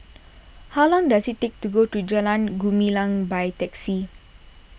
how long does it take to get to Jalan Gumilang by taxi